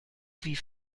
wie